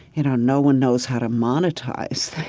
you know, no one knows how to monetize